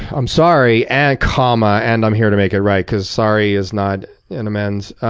i'm sorry, and comma, and i'm here to make it right. because sorry is not an amends.